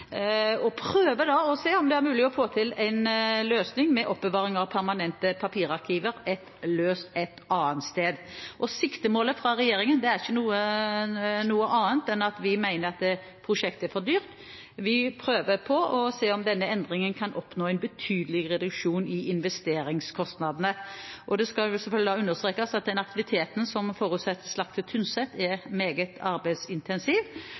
og prøver da å se om det er mulig å få til en løsning med oppbevaring av permanente papirarkiver et annet sted. Vurderingen fra regjeringen er ikke annet enn at vi mener at prosjektet er for dyrt. Vi ser på om denne endringen kan oppnå en betydelig reduksjon i investeringskostnadene. Det skal selvfølgelig understrekes at den aktiviteten som forutsettes lagt til Tynset, er meget arbeidsintensiv,